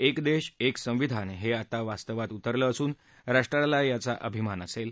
एकदेश एकसंविधान हे आता वास्तवात उतरलं असून राष्ट्राला याचा अभिमान असेल